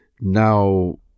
now